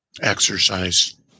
exercise